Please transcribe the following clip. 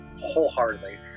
wholeheartedly